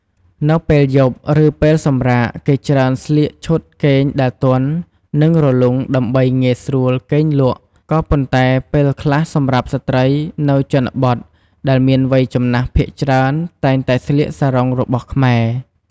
នៅពេលយប់ ឬពេលសម្រាក គេច្រើនស្លៀកឈុតគេងដែលទន់ និងរលុងដើម្បីងាយស្រួលគេងលក់ ក៏ប៉ុន្តែពេលខ្លះសម្រាប់ស្ត្រីនៅជនបទដែលមានវ័យចំណាស់ភាគច្រើនតែងតែស្លៀកសារ៉ុងរបស់ខ្មែរ។